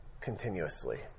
continuously